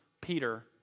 Peter